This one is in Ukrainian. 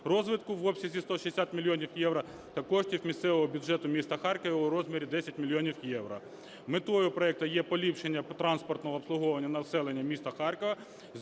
розвитку в обсязі 160 мільйонів євро та коштів місцевого бюджету міста Харкова у розмірі 10 мільйонів євро. Метою проекту є поліпшення транспортного обслуговування населення міста Харкова,